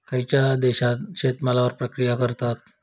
खयच्या देशात शेतमालावर प्रक्रिया करतत?